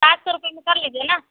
سات سو روپئے میں کر لیجیے نا